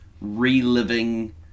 reliving